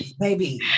baby